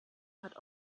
hat